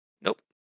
Nope